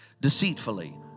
deceitfully